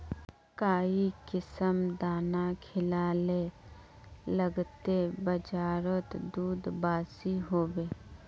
काई किसम दाना खिलाले लगते बजारोत दूध बासी होवे?